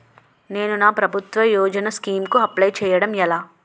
నేను నా ప్రభుత్వ యోజన స్కీం కు అప్లై చేయడం ఎలా?